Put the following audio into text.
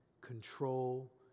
control